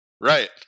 right